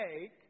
take